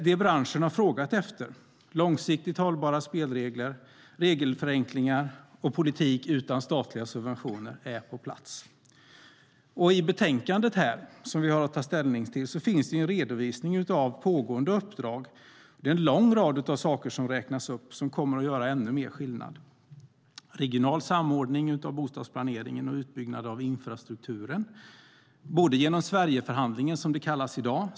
Det branschen har frågat efter, det vill säga långsiktigt hållbara spelregler, regelförenklingar och politik utan statliga subventioner är på plats.I betänkandet som vi behandlar finns det en redovisning av en lång rad pågående uppdrag som kommer att göra än mer skillnad. Det handlar om regional samordning av bostadsplanering och utbyggnad av infrastruktur, genom Sverigeförhandlingen - som det kallas i dag.